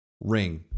ring